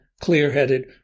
clear-headed